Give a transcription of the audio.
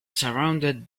surrounded